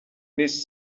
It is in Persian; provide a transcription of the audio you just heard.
نیست